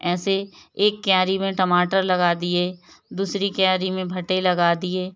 ऐसी एक क्यारी में टमाटर लग दिए दूसरी क्यारी में भट्टे लगा दिए